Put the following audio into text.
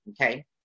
okay